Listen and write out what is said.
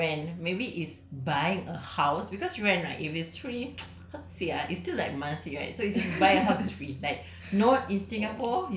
okay maybe maybe not rent maybe is buying a house because rent right if it's free how to say ah it is still like monthly right so if you buy a house it's free like